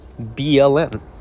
BLM